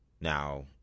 Now